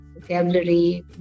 Vocabulary